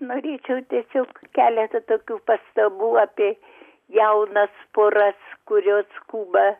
norėčiau tiesiog keletą tokių pastabų apie jaunas poras kurios skuba